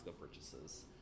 purchases